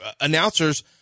announcers